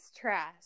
Trash